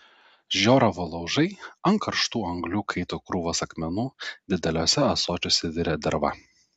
žioravo laužai ant karštų anglių kaito krūvos akmenų dideliuose ąsočiuose virė derva